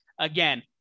again